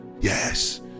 Yes